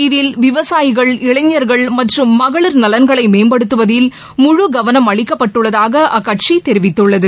இதில் விவசாயிகள் இளைஞர்கள் மற்றும் மகளிர் நலன்களை மேம்படுத்துவதில் முழு கவனம் அளிக்கப்பட்டுள்ளதாக அக்கட்சி தெரிவித்துள்ளது